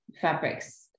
Fabrics